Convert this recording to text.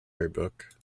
yearbook